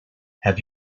have